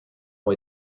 ont